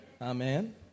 Amen